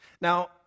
Now